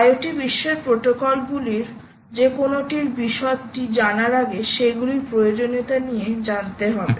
IoT বিশ্বের প্রোটোকলগুলির প্রোটোকলগুলির যে কোনওটির বিশদটি জানার আগে সেগুলির প্রয়োজনীয়তা নিয়ে জানতে হবে